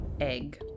egg